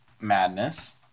madness